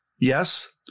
Yes